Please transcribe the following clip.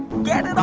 get